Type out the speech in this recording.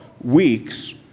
weeks